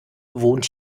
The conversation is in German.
wohnt